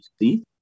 See